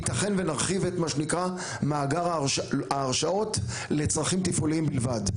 ייתכן שנרחיב את מה שנקרא מאגר ההרשאות לצרכים תפעוליים בלבד.